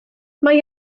mae